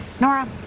Nora